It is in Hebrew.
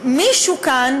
שמישהו כאן,